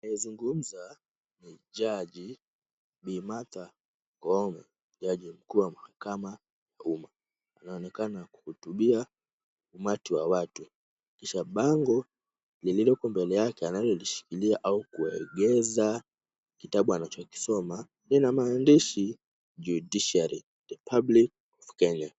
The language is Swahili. Anayezungumza ni jaji Bi. Martha Koome, jaji mkuu wa mahakama ya umma. Anaonekana kuhutubia umati wa watu. Kisha bango lililoko mbele yake analolishikilia au kuegeza kitabu anachokisoma. Lina maandishi Judiciary Republic of kenya.